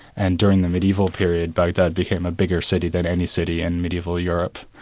and during the mediaeval period baghdad became a bigger city than any city in mediaeval europe.